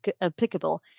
applicable